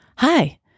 Hi